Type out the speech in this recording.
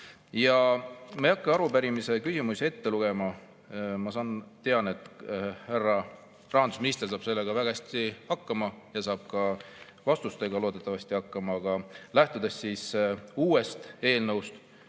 Ma ei hakka arupärimise küsimusi ette lugema. Ma tean, et härra rahandusminister saab sellega väga hästi hakkama ja saab ka vastustega loodetavasti hakkama. Aga lähtudes uuest eelnõust,